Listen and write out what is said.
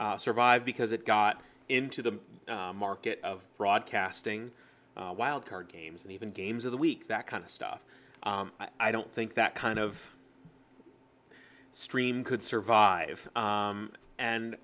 survive because it got into the market of broadcasting wild card games and even games of the week that kind of stuff i don't think that kind of stream could survive